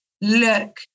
look